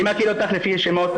אני מכיר אותך לפי השם.